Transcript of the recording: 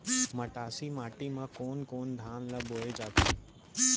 मटासी माटी मा कोन कोन धान ला बोये जाथे?